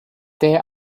there